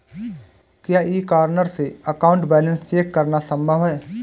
क्या e corner से account balance check करना संभव है?